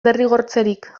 derrigortzerik